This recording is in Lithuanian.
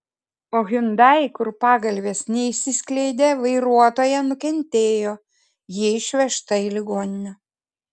o hyundai kur pagalvės neišsiskleidė vairuotoja nukentėjo ji išvežta į ligoninę